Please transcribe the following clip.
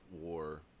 War